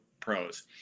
pros